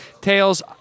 Tails